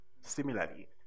similarly